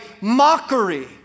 mockery